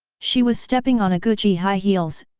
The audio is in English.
she was stepping on a gucci high heels,